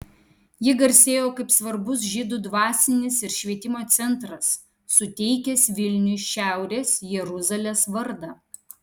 ji garsėjo kaip svarbus žydų dvasinis ir švietimo centras suteikęs vilniui šiaurės jeruzalės vardą